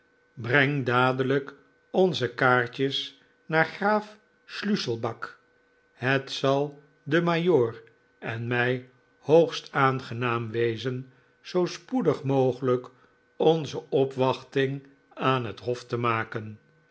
breng dadelijk onze kaartjes naar graaf schliisselback het zal den majoor en mij hoogst aangenaam wezen zoo spoedig mogelijk onze opwachting aan het hof te maken